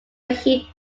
heat